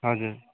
हजुर